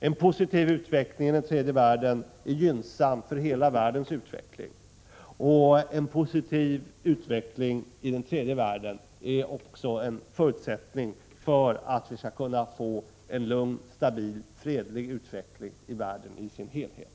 En positiv utveckling i den tredje världen är gynnsam för hela världens utveckling — och även en förutsättning för att vi skall kunna få en lugn, stabil och fredlig utveckling i världen i dess helhet.